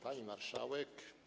Pani Marszałek!